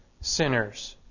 sinners